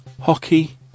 hockey